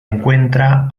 encuentra